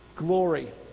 glory